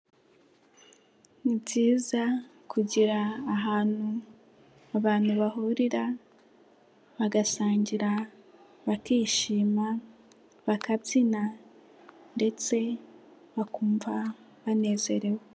Ni byiza kugera ahantu abantu bahurira bagasangira, bakishima, bakabyina ndetse bakumva banezerewe.